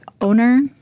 owner